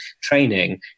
training